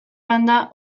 banda